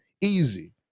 Easy